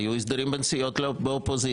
היו הסדרים בין סיעות באופוזיציה.